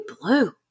blue